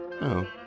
Oh